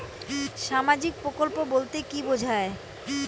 সামাজিক প্রকল্প বলতে কি বোঝায়?